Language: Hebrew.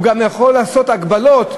הוא גם יכול לעשות הגבלות,